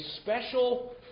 special